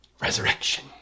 Resurrection